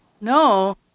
no